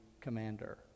commander